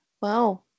Wow